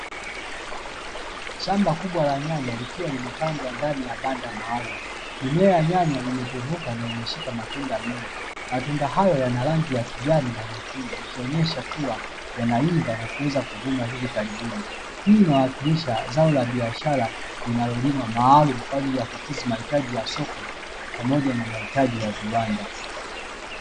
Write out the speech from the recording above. Shamba kubwa la nyanya likiwa limepandwa ndani ya banda maalumu, mimea ya nyanya imepevuka na imeshika matunda mengi matunda hayo yana rangi ya kijani na nyekundu ikionyesha kuwa yanaiva na kuweza kuvunwa hivi karibuni, hii inawakilisha zao la biashara linalolimwa maalum kwa ajili ya kukidhi mahitaji ya soko, pamoja na mahitaji ya viwanda.